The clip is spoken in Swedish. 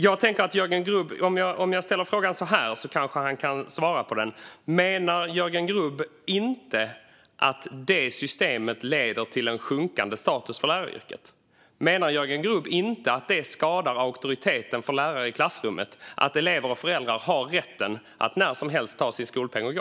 Jag tänker att Jörgen Grubb kanske kan svara på frågan om jag ställer den så här: Menar Jörgen Grubb att systemet inte leder till en sjunkande status för läraryrket? Menar Jörgen Grubb att det inte skadar auktoriteten för lärare i klassrummet att elever och föräldrar har rätt att när som helst ta sin skolpeng och gå?